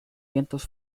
vientos